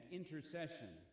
intercession